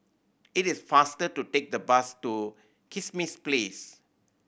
it is faster to take the bus to Kismis Place